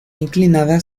inclinada